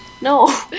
No